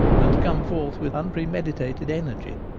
and to come forth with unpremeditated energy.